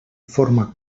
forma